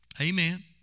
Amen